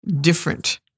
different